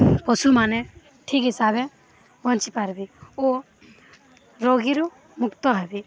ପଶୁମାନେ ଠିକ୍ ହିସାବରେ ବଞ୍ଚିପାରବେ ଓ ରୋଗୀରୁ ମୁକ୍ତ ହେବେ